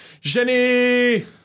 Jenny